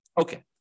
Okay